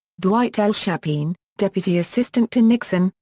dwight l. chapin, deputy assistant to nixon,